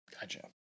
Gotcha